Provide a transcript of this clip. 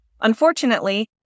Unfortunately